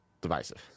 divisive